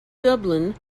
dublin